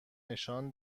نشان